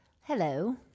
Hello